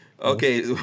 Okay